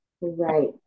Right